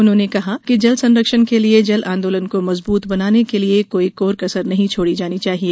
उन्होंने कहा कि जल संरक्षण के लिए जल आंदोलन को मजबूत बनाने के लिए कोई कोर कसर नहीं छोड़ी जानी चाहिए